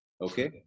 Okay